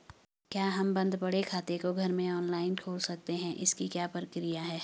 क्या हम बन्द पड़े खाते को घर में ऑनलाइन खोल सकते हैं इसकी क्या प्रक्रिया है?